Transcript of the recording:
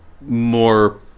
more